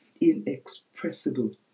inexpressible